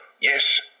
Yes